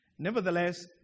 Nevertheless